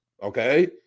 Okay